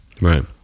Right